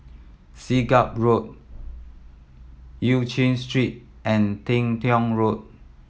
Siglap Road Eu Chin Street and Teng Tong Road